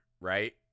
Right